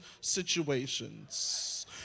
situations